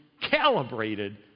calibrated